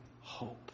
hope